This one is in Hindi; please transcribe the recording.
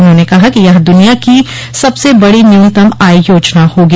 उन्होंने कहा कि यह दुनिया की सबसे बड़ी न्यूनतम आय योजना होगी